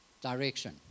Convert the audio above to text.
direction